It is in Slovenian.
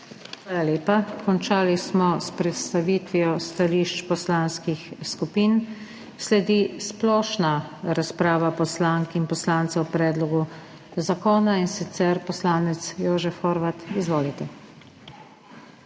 Hvala lepa. Končali smo s predstavitvijo stališč poslanskih skupin. Sledi splošna razprava poslank in poslancev o predlogu zakona, in sicer poslanec Jožef Horvat. Izvolite.